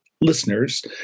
listeners